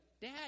dad